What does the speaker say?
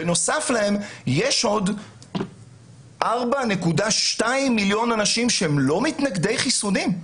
בנוסף להם יש עוד 4.2 מיליון אנשים שהם לא מתנגדי חיסונים.